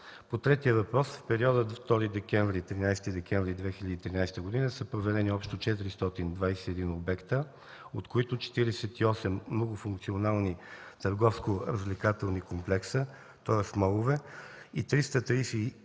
По третия въпрос, в периода 2 – 13 декември 2013 г. са проверени общо 421 обекта, от които 48 многофункционални търговско-развлекателни комплекса, тоест молове, и 373